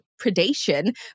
predation